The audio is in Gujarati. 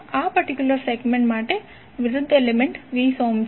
આ પર્ટિક્યુલર સેગમેન્ટ માટે વિરુદ્ધ એલિમેન્ટ્ 20 ઓહ્મ છે